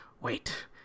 Wait